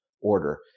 order